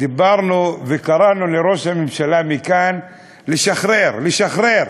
דיברנו וקראנו לראש הממשלה מכאן לשחרר, לשחרר,